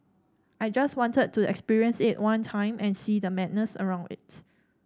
I just wanted to experience it one time and see the madness around it